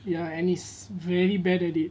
ya and he is very bad at it